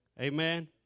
Amen